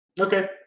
Okay